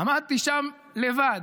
עמדתי שם לבד,